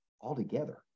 altogether